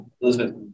Elizabeth